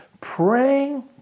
Praying